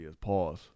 Pause